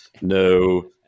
no